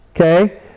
okay